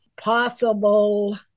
possible